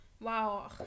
Wow